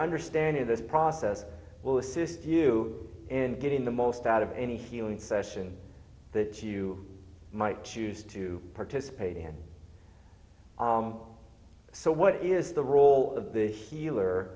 understanding of this process will assist you in getting the most out of any healing session that you might choose to participate in so what is the role of the healer